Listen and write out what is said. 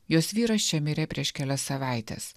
jos vyras čia mirė prieš kelias savaites